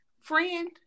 friend